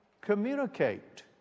communicate